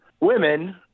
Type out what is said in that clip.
women